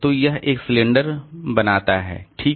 तो यह एक सिलेंडर बनाता है ठीक